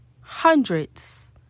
hundreds